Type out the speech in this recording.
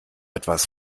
etwas